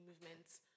movements